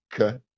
Okay